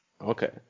Okay